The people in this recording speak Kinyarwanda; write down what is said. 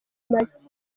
make